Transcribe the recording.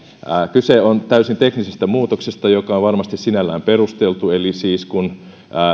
kyse on täysin teknisestä muutoksesta joka on varmasti sinällään perusteltu eli kun siis